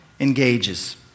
engages